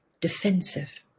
defensive